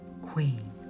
Queen